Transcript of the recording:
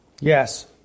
Yes